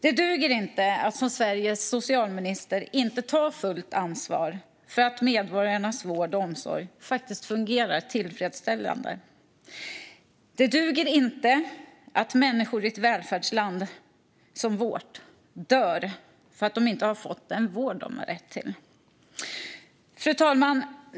Det duger inte att som Sveriges socialminister inte ta fullt ansvar för att medborgarnas vård och omsorg fungerar tillfredsställande. Det duger inte att människor i ett välfärdsland som vårt dör för att de inte har fått den vård de har rätt till. Fru talman!